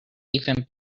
even